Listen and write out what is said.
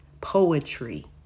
poetry